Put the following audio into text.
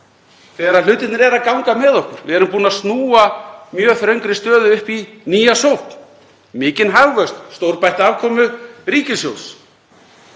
þegar hlutirnir eru að ganga með okkur, við erum búin að snúa mjög þröngri stöðu upp í nýja sókn, mikinn hagvöxt, stórbætta afkomu ríkissjóðs,